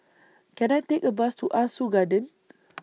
Can I Take A Bus to Ah Soo Garden